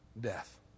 Death